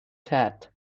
said